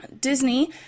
Disney